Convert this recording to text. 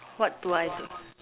what do I